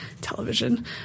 television